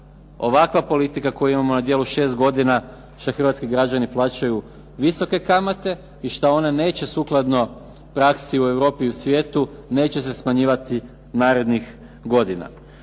ovakva politika koju imamo na djelu 6 godina, što hrvatski građani plaćaju visoke kamate i što one neće sukladno praksi u Europi i svijetu neće se smanjivati narednih godina.